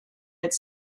its